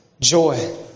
Joy